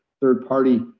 third-party